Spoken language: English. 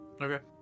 Okay